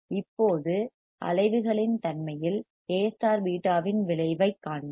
இப்போது அலைவுகளின் தன்மையில் A β இன் விளைவைக் காண்போம்